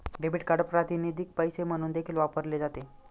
debit card प्रातिनिधिक पैसे म्हणून देखील वापरले जाते